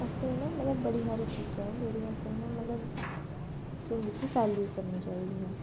असें न मतलब बड़ी हारी चीज़ां न जेह्ड़ियां असें मतलब जिंदगी च फालो करनियां चाहिदियां